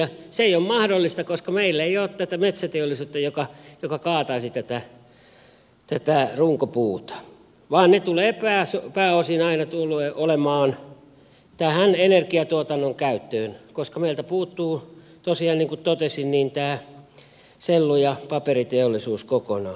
se ei ole mahdollista koska meillä ei ole tätä metsäteollisuutta joka kaataisi tätä runkopuuta vaan ne tulevat pääosin aina olemaan energiantuotannon käyttöön koska meiltä puuttuu tosiaan niin kuin totesin sellu ja paperiteollisuus kokonaan